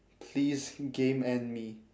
please game end me